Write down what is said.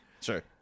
Sure